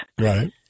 Right